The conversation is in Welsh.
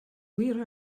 wir